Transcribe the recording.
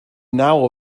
now